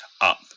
up